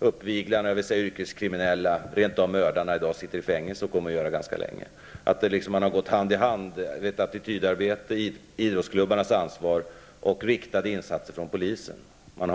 uppviglarna, de yrkeskriminella, rent av mördarna, sitter i fängelse och kommer att göra det ganska länge. Det är ett attitydarbete, idrottsklubbarnas ansvar och riktade insatser från polisen som har gått hand i hand.